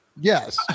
Yes